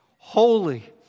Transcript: holy